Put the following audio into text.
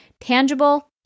Tangible